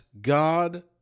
God